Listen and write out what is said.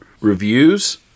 reviews